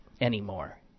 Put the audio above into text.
anymore